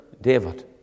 David